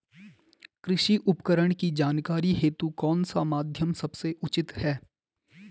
कृषि उपकरण की जानकारी हेतु कौन सा माध्यम सबसे उचित है?